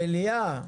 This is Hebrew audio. במליאה.